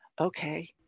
okay